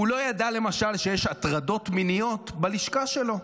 הוא לא ידע למשל שיש הטרדות מיניות בלשכה שלו,